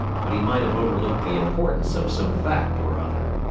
but he might have overlooked the importance of some fact or other.